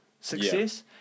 success